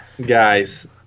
guys